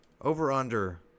over-under